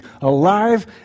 alive